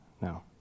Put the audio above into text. No